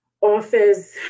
authors